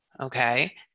okay